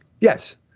Yes